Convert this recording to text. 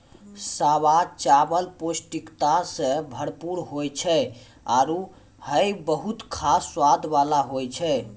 सावा चावल पौष्टिकता सें भरपूर होय छै आरु हय बहुत खास स्वाद वाला होय छै